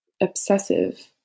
obsessive